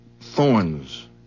thorns